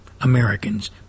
Americans